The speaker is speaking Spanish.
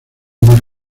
más